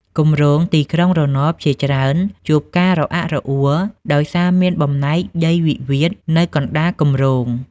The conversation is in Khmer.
គម្រោងទីក្រុងរណបជាច្រើនជួបការរអាក់រអួល ដោយសារមានបំណែកដីវិវាទនៅកណ្ដាលគម្រោង។